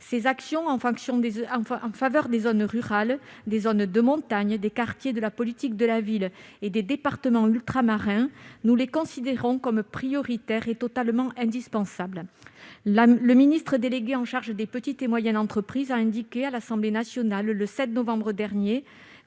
Ces actions en faveur des zones rurales, des zones de montagne, des quartiers de la politique de la ville et des départements ultramarins, nous les considérons comme prioritaires et totalement indispensables. Le ministre délégué chargé des petites et moyennes entreprises a indiqué à l'Assemblée nationale, le 7 novembre dernier,